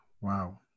wow